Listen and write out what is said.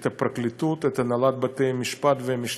הפרקליטות, הנהלת בתי-המשפט והמשטרה.